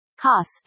Cost